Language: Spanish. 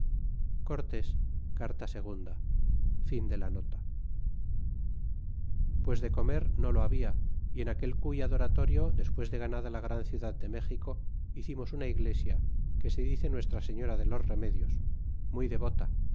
pues de comer no lo habia y en aquel cz y adoratori después de ganada la gran ciudad de méxico hicimos una iglesia que se dice nuestra señora de los remedios muy devota